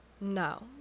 no